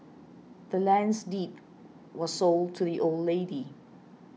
the land's deed was sold to the old lady